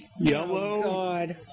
Yellow